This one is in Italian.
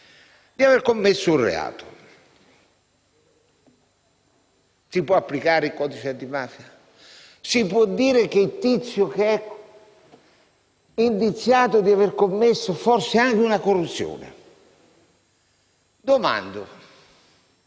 di aver commesso un reato. Si può applicare il codice antimafia? Si può dire che il tizio, che è indiziato di aver commesso forse anche un reato